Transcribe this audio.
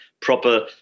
proper